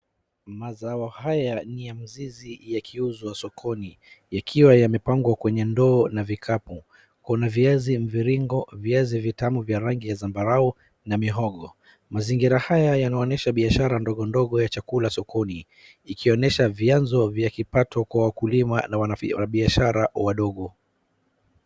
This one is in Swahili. Mazao haya ni ya mzizi yakiuzwa sokoni yakiwa yamepangwa kwenye ndoo na vikapu. Kuna viazi mviringo, viazi tviamu vya rangi ya zambarau na mihogo. Mazingira haya yanaonesha biashara ndogondogo ya chakula sokoni ikionesha vyanzo vya kipato kwa wakulima na wanabiashra wadogo.